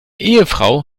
ehefrau